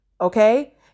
Okay